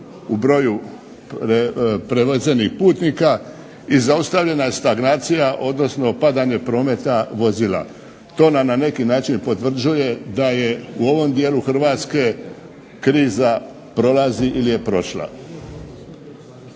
u broju prevezenih putnika, i zaustavljena stagnacija, odnosno padanje prometa vozila. To nam na neki način potvrđuje da je u ovom dijelu Hrvatske kriza prolazi ili je prošla.